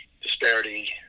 Disparity